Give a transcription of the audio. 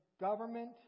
government